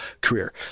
career